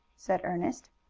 said ernest.